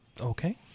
Okay